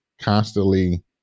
Constantly